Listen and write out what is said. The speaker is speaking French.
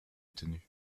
détenus